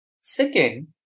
Second